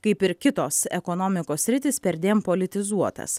kaip ir kitos ekonomikos sritys perdėm politizuotas